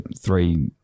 three